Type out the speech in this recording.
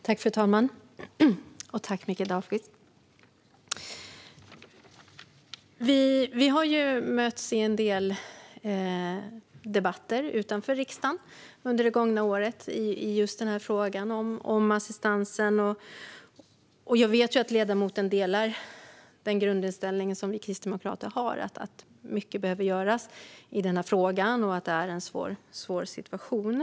Fru talman! Mikael Dahlqvist och jag har ju under det gångna året mötts i en del debatter utanför riksdagen i just denna fråga om assistansen. Jag vet att ledamoten delar den grundinställning som vi kristdemokrater har - att mycket behöver göras i den här frågan och att det är en svår situation.